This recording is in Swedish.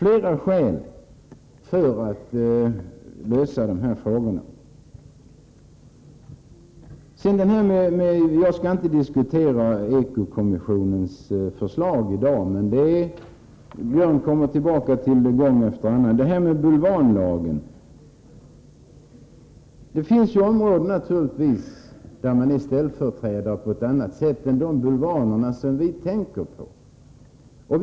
I dag skall jag inte diskutera Eko-kommissionens förslag, som Björn Körlof kommer tillbaka till gång efter gång. Så det här med den s.k. bulvanlagen. Det finns naturligtvis områden där man är ställföreträdare på ett annat sätt än de bulvaner som vi tänker på.